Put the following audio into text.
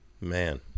Man